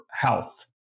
health